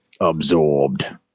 Absorbed